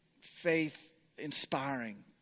Faith-inspiring